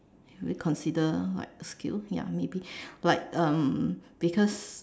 should we consider like skills ya maybe like um because